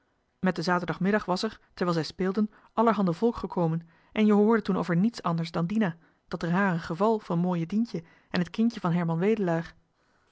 met den zaterdagmiddag was er terwijl zij speelden allerhand volk gekomen en je hoorde toen over niets anders dan dina dat rare geval van mooie dientje het kindje van herman wedelaar